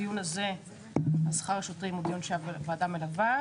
הדיון הזה הוא דיון שהוועדה מלווה,